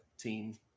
team